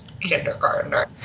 kindergartner